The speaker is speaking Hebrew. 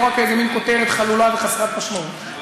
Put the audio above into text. לא רק כאיזה מין כותרת חלולה וחסרת משמעות.